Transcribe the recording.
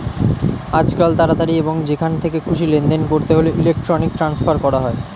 আজকাল তাড়াতাড়ি এবং যেখান থেকে খুশি লেনদেন করতে হলে ইলেক্ট্রনিক ট্রান্সফার করা হয়